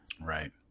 right